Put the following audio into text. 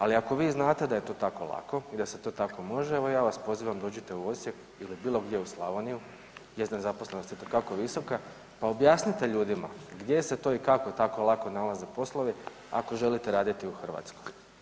Ali ako vi znate da je to tako lako i da se to tako može evo ja vas pozivam dođite u Osijek ili bilo gdje u Slavniju gdje je nezaposlenost itekako visoka pa objasnite ljudima gdje se to i kako tako lako nalaze poslovi ako želite raditi u Hrvatskoj.